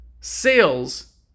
Sales